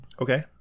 Okay